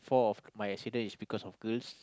four of my accident is because of girls